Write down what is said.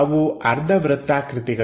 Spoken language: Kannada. ಅವು ಅರ್ಧ ವೃತ್ತಾಕೃತಿಗಳು